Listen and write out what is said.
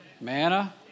Manna